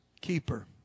keeper